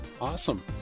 Awesome